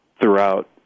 throughout